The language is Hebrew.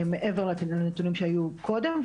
מעבר לנתונים שהיו קודם.